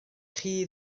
chi